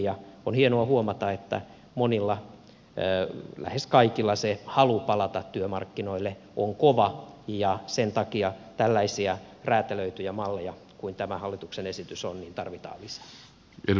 ja on hienoa huomata että monilla lähes kaikilla se halu palata työmarkkinoille on kova ja sen takia tällaisia räätälöityjä malleja niin kuin tämä hallituksen esitys on tarvitaan lisää